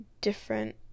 different